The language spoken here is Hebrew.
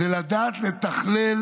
זה לדעת לתכלל